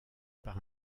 par